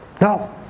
Now